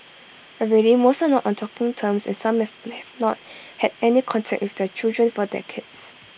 already most are not on talking terms and some have have not had any contact with their children for decades